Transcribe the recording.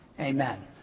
Amen